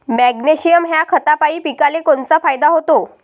Magnesium ह्या खतापायी पिकाले कोनचा फायदा होते?